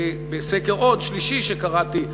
בסקר שלישי שקראתי,